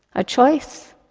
a choice,